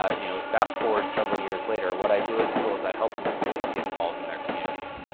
ah you know, fast forward several years later, what i do at google is i help employees get involved in their communities.